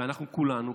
אנחנו כולנו,